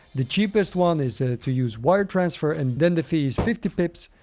the cheapest one is to use wire transfer and then the fee is fifty pips.